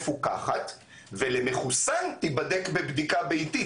ימצאו את המנגנון להכיר בבדיקת אנטיגן ביתית